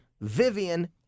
Vivian